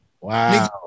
Wow